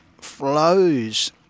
flows